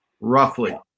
roughly